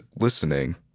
listening